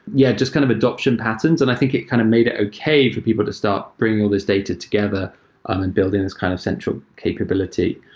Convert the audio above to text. yeah, just kind of adaption patterns. and i think it kind of made it okay for people to start bringing all these data together um and building this kind of central capability.